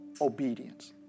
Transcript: obedience